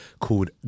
called